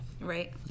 Right